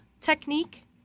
technique